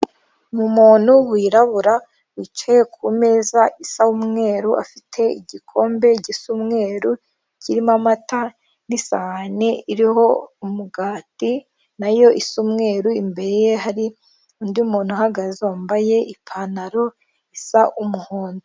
Umuntu wirabura wicaye ku meza isa umweru afite igikombe gisa umweru kirimo amata n'isahani iriho umugati nayo isa umweru ,imbere ye hari undi muntu uhagaze wambaye ipantaro isa umuhondo.